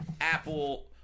Apple